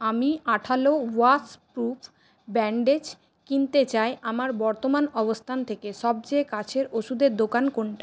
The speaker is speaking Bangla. আমি আঠালো ওয়াশপ্রুফ ব্যান্ডেজ কিনতে চাই আমার বর্তমান অবস্থান থেকে সবচেয়ে কাছের ওষুধের দোকান কোনটা